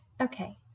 Okay